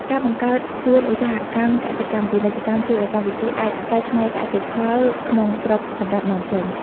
ការបង្កើតសួនឧស្សាហកម្មកសិកម្ម-ពាណិជ្ជកម្ម ជួយឱ្យកម្ពុជាអាចកែច្នៃកសិផលក្នុងស្រុកសម្រាប់នាំចេញ។